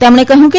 તેમણે કહ્યું છે